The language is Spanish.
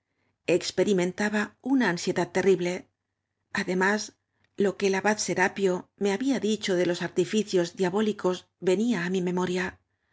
una ansiedad terrible además lo que ei abad serapio me había dicho de los artiñcios diabólicos venía á mi memoria